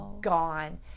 gone